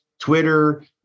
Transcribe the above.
Twitter